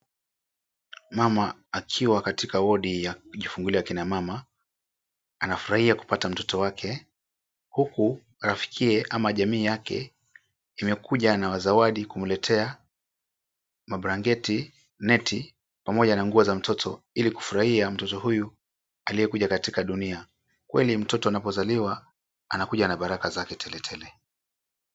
Mama akiwa katika wardi ya kujifungulia ya akina mama anafurahia kupata mtoto wake huku rafikiye ama jamii yake wamekuja na mazawadi kumletea mablanketi, neti pamoja na nguo za mtoto ili kufurahia mtoto huyu aliyekuja kwa dunia, kweli mtoto anapozaliwa ama kuna na baraka zake teletele.